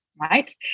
right